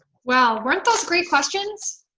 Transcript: well, weren't those great questions?